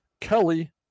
Kelly